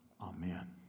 Amen